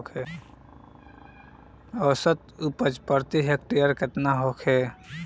औसत उपज प्रति हेक्टेयर केतना होखे?